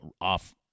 off-